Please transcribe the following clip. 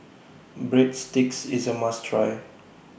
Breadsticks IS A must Try